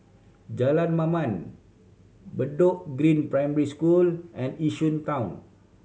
Jalan Mamam Bedok Green Primary School and Yishun Town